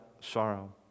sorrow